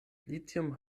lithium